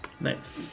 Nice